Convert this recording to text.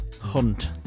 Hunt